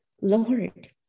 Lord